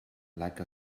like